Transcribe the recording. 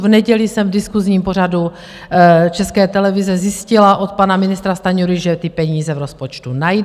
V neděli jsem v diskusním pořadu České televize zjistila od pana ministra Stanjury, že ty peníze v rozpočtu najde.